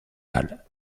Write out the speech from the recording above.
pâle